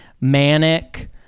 manic